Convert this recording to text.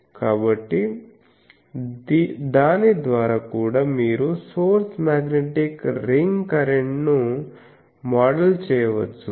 కాబట్టి దాని ద్వారా కూడా మీరు సోర్స్ మాగ్నెటిక్ రింగ్ కరెంట్ను మోడల్ చేయవచ్చు